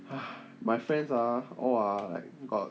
my friends are all ah like got